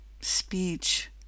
Speech